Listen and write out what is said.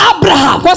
Abraham